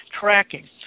tracking